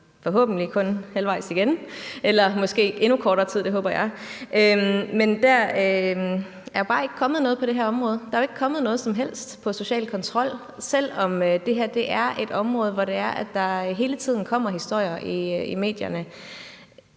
forhåbentlig kun halvvejs igen, eller måske endnu kortere tid – det håber jeg. Men der er bare ikke kommet noget på det her område. Der er jo ikke kommet noget som helst om social kontrol, selv om det her er et område, hvor der hele tiden kommer historier i medierne.